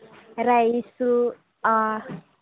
rice